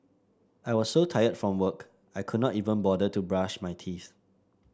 I was so tired from work I could not even bother to brush my teeth